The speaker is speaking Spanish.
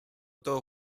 todo